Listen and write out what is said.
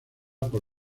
por